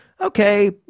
Okay